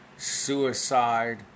suicide